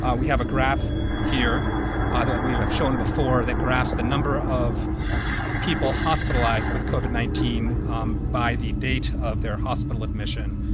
ah we have a graph ah that we have shown before that graphs the number of people hospitalized with covid nineteen by the data of their hospital admission,